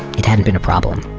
it hadn't been a problem.